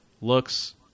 looks